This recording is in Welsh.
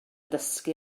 dysgu